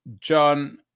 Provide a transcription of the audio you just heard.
John